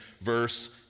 verse